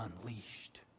unleashed